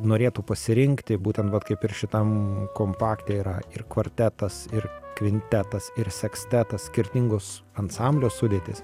norėtų pasirinkti būtent vat kaip ir šitam kompakte yra ir kvartetas ir kvintetas ir sekstetas skirtingus ansamblio sudėtis